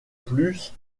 plus